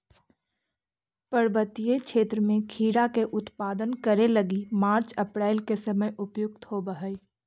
पर्वतीय क्षेत्र में खीरा के उत्पादन करे लगी मार्च अप्रैल के समय उपयुक्त होवऽ हई